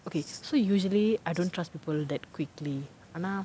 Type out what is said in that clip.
okay so usually I don't trust people that quickly ஆனா:aanaa